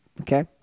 Okay